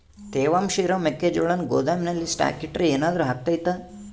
ತೇವಾಂಶ ಇರೋ ಮೆಕ್ಕೆಜೋಳನ ಗೋದಾಮಿನಲ್ಲಿ ಸ್ಟಾಕ್ ಇಟ್ರೆ ಏನಾದರೂ ಅಗ್ತೈತ?